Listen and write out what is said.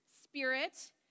spirit